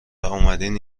واومدین